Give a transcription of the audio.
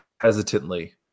hesitantly